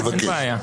אני מבקש.